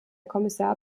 kommissar